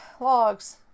Logs